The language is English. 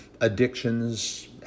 addictions